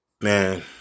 Man